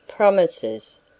PROMISES